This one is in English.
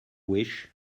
wish